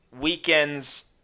weekends